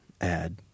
add